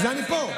בשביל זה אני פה.